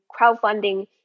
crowdfunding